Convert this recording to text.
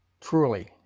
Truly